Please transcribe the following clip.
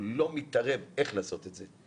הוא לא מתערב איך לעשות את זה,